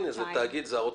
האריך